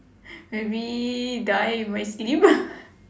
maybe die in my sleep